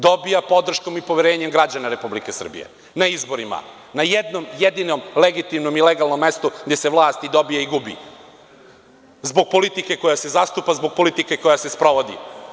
Dobija podrškom i poverenjem građana Republike Srbije na izborima, na jednom jedinom legitimnom i legalnom mestu gde se vlast i dobija i gubi zbog politike koja se zastupa, zbog politike koja se sprovodi.